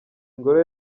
ingoro